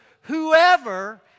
whoever